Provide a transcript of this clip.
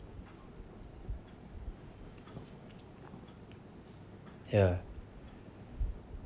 ya